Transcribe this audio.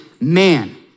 man